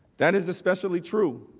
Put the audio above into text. that is especially true